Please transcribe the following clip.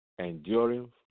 enduring